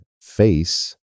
face